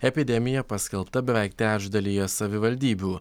epidemija paskelbta beveik trečdalyje savivaldybių